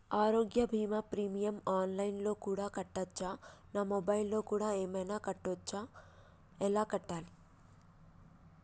ఆరోగ్య బీమా premium online లో కూడా కట్టచ్చా? నా మొబైల్లో కూడా ఏమైనా కట్టొచ్చా? ఎలా కట్టాలి?